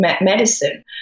medicine